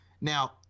Now